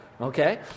Okay